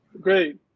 Great